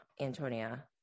Antonia